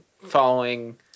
following